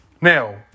now